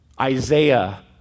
Isaiah